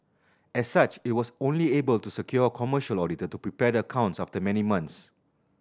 as such it was only able to secure a commercial auditor to prepare the accounts after many months